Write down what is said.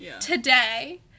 today